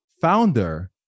founder